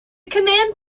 command